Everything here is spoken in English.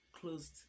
closed